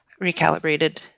recalibrated